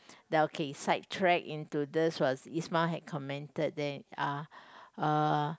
that okay side track into this was Ismail had commented that uh uh